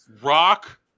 Rock